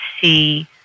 see